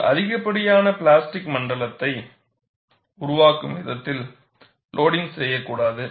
நீங்கள் அதிகப்படியான பிளாஸ்டிக் மண்டலத்தை உருவாக்கும் விதத்தில் லோடிங்கின் செய்யக்கூடாது